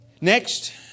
Next